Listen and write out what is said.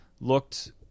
looked